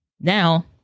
Now